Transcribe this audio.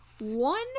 One